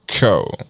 go